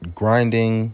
grinding